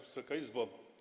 Wysoka Izbo!